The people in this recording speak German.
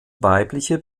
weibliche